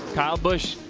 kyle busch,